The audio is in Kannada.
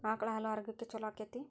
ಆಕಳ ಹಾಲು ಆರೋಗ್ಯಕ್ಕೆ ಛಲೋ ಆಕ್ಕೆತಿ?